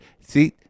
See